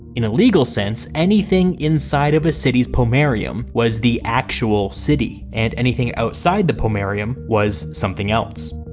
in a legal sense, anything inside of a city's pomerium was the actual city, and anything outside the pomerium was something else.